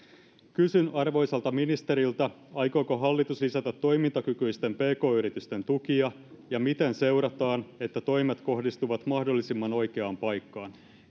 kysyn arvoisalta ministeriltä aikooko hallitus lisätä toimintakykyisten pk yritysten tukia ja miten seurataan että toimet kohdistuvat mahdollisimman oikeaan paikkaan